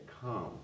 come